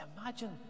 Imagine